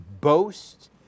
boast